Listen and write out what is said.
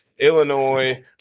Illinois